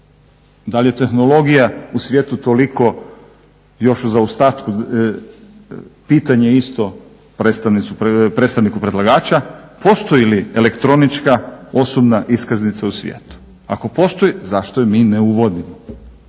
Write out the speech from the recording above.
Da li je tehnologija u svijetu toliko još u zaostatku pitanje isto predstavniku predlagača. Postoji li elektronička osobna iskaznica u svijetu? Ako postoji, zašto je mi ne uvodimo.